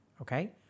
Okay